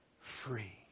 free